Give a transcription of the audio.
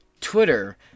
Twitter